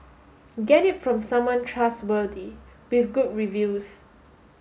get it from someone trustworthy with good reviews